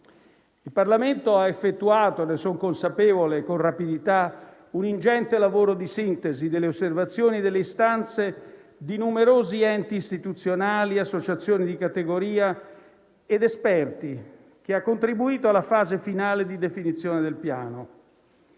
Il Parlamento ha effettuato con rapidità - ne sono consapevole - un ingente lavoro di sintesi delle osservazioni e istanze di numerosi enti istituzionali, associazioni di categoria ed esperti, che ha contribuito alla fase finale di definizione del Piano.